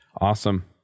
Awesome